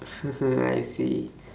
I see